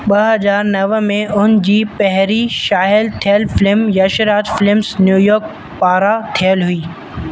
ॿ हज़ार नव में उनजी पहिरीं शाया थियल फिल्म यशराज फिल्म्स न्यूयॉर्क पारां ठहियलु हुई